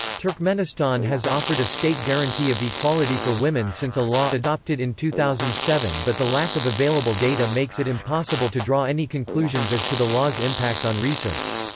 turkmenistan has offered a state guarantee of equality for women since a law adopted in two thousand and seven but the lack of available data makes it impossible to draw any conclusions as to the law's impact on research.